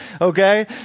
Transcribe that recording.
okay